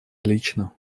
лично